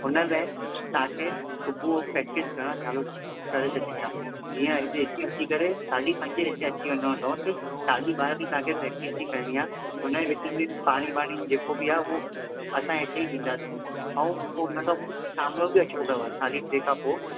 हुन में तांखे सुबुहयो प्रेक्टिस करण चालु करे छॾिणी आ जिअं हिते उथी करे साढे पंजे हिते अची वञिणु थव क्यूं की साढी बारे ताणी तांखे प्रेक्टिस ही करणी आ हुनये विच में पाणी बाणी जेको बि आ उवो असाये हिते ही ॾींदासीं अऊं पो हुनखां पो शामयो बि अचणु थव साढे टे खां पो